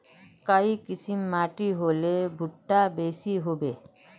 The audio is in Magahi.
काई किसम माटी होले भुट्टा बेसी होबे?